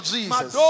Jesus